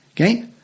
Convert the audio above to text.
Okay